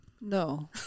No